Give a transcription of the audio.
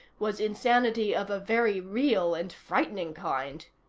was insanity of a very real and frightening kind.